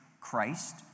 Christ